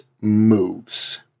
Moves